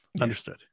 Understood